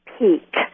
peak